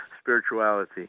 spirituality